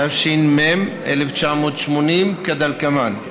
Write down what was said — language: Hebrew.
התש"ם 1980, כדלקמן: